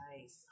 Nice